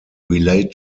relate